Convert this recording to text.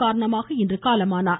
காரணமாக இன்று காலமானார்